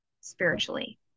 spiritually